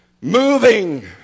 moving